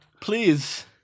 Please